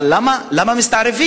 אבל למה מסתערבים?